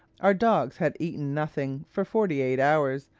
our dogs had eaten nothing for forty-eight hours,